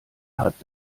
hat